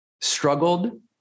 struggled